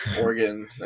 Oregon